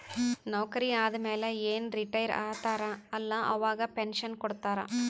ನೌಕರಿ ಆದಮ್ಯಾಲ ಏನ್ ರಿಟೈರ್ ಆತಾರ ಅಲ್ಲಾ ಅವಾಗ ಪೆನ್ಷನ್ ಕೊಡ್ತಾರ್